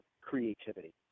creativity